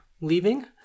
leaving